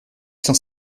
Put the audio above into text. cent